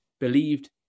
believed